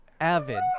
avid